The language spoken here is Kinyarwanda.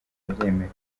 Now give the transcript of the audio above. arabyemera